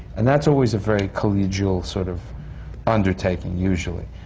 and that's always a very collegial sort of undertaking, usually.